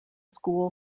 school